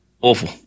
Awful